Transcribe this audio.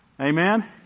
Amen